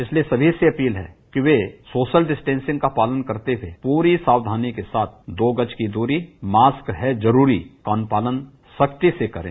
इसलिए सभी से अपील है कि वे सोशल डिस्टेंसिंग का पालन करते हुए पूरी सावधानी के साथ दो गज की दूरी मास्क है जरूरी का अनुपालन सख्तीं से करें